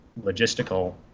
logistical